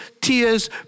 tears